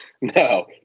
No